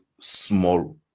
small